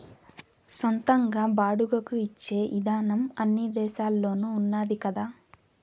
సొంతంగా బాడుగకు ఇచ్చే ఇదానం అన్ని దేశాల్లోనూ ఉన్నాది కదా